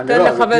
תן לחבר הכנסת.